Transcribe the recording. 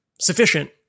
sufficient